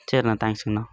சர்ணா தேங்க்ஸுங்ணா